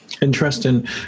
Interesting